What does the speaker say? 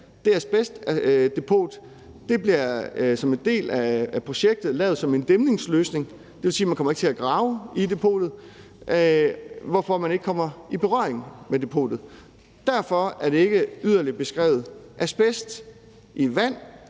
Det asbestdepot bliver som en del af projektet lavet som en dæmningsløsning, det vil sige, at man ikke kommer til at grave i depotet, hvorfor man ikke kommer i berøring med depotet. Derfor er det ikke yderligere beskrevet. Asbest i vand